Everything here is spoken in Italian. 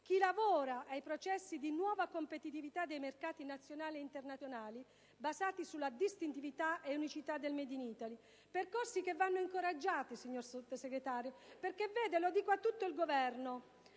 chi lavora ai processi di nuova competitività dei mercati nazionali e internazionali basati sulla distintività e unicità del *made in Italy.* Percorsi che vanno incoraggiati, signor Sottosegretario, perché - mi rivolgo a tutto il Governo